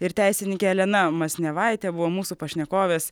ir teisininkė elena masnevaitė buvo mūsų pašnekovės